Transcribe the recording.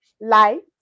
light